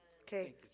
Okay